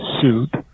suit